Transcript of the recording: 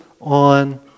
on